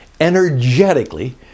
energetically